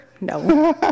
No